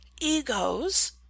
egos